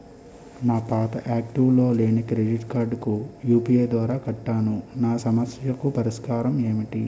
నా పాత యాక్టివ్ లో లేని క్రెడిట్ కార్డుకు యు.పి.ఐ ద్వారా కట్టాను నా సమస్యకు పరిష్కారం ఎంటి?